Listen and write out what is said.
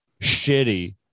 shitty